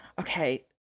Okay